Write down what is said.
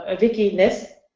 ah vickie, next.